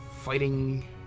fighting